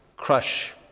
crush